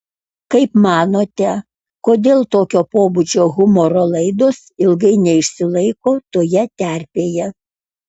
kaip manote kodėl tokio pobūdžio humoro laidos ilgai neišsilaiko toje terpėje